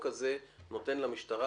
הצעת החוק הזאת נותנת למשטרה